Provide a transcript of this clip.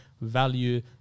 value